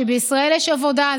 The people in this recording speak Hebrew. שבישראל יש עבודה,